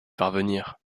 parvenir